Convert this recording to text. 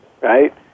right